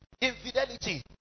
Infidelity